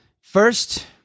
First